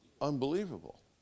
unbelievable